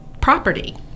property